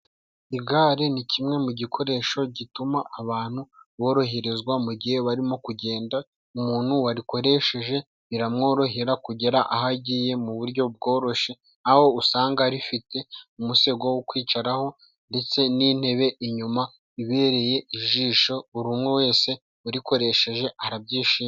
Igare ni kimwe mu gikoresho gituma abantu boroherezwa mu gihe barimo kugenda. Umuntu warikoresheje biramworohera kugera aho agiye mu buryo bworoshye, aho usanga rifite umusego wo kwicaraho ndetse n'intebe inyuma ibereye ijisho. Buri umwe wese urikoresheje arabyishimira.